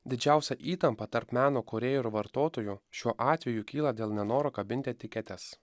didžiausia įtampa tarp meno kūrėjo ir vartotojų šiuo atveju kyla dėl nenoro kabinti etiketes